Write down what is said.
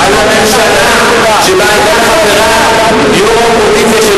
על הממשלה שבה היתה חברה יושבת-ראש האופוזיציה,